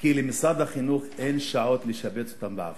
כי למשרד החינוך אין שעות לשבץ אותם לעבודה.